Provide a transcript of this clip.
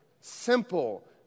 simple